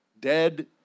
dead